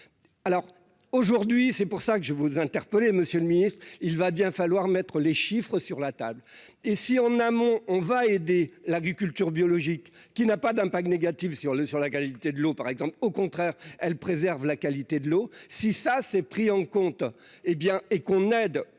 alors aujourd'hui c'est pour ça que je vous interpeller, monsieur le Ministre, il va bien falloir mettre les chiffres sur la table et si en amont on va aider l'agriculture biologique qui n'a pas d'impact négatif sur le, sur la qualité de l'eau, par exemple, au contraire, elle préserve la qualité de l'eau, si ça c'est pris en compte, hé bien,